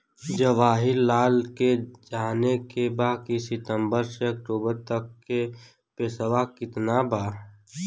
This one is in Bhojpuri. जवाहिर लाल के जाने के बा की सितंबर से अक्टूबर तक के पेसवा कितना बा?